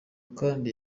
kandi